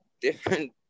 different